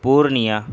Purnia